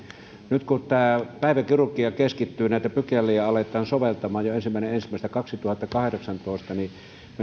nyt kun tämä päiväkirurgia keskittyy ja näitä pykäliä aletaan soveltamaan jo ensimmäinen ensimmäistä kaksituhattakahdeksantoista niin minä